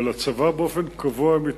אבל הצבא מתמודד